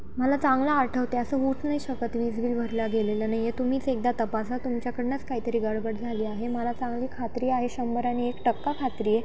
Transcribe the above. मला चांगलं आठवते असं होऊ नाही शकत वीज बिल भरलं गेलेलं नाही आहे तुम्हीच एकदा तपासा तुमच्याकडनंच काहीतरी गडबड झाली आहे मला चांगली खात्री आहे शंभर आणि एक टक्का खात्री आहे